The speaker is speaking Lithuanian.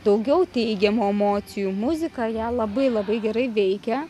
daugiau teigiamų emocijų muzika ją labai labai gerai veikia